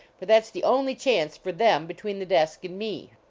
for that s the only chance for them between the desk and me.